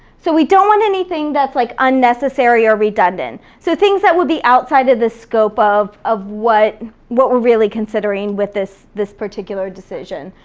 so we don't want anything that's like unnecessary or redundant, so things that would be outside of the scope of of what what we're really considering with this this particular decision,